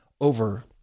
over